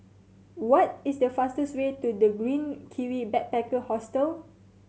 what is the fastest way to The Green Kiwi Backpacker Hostel